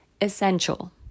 essential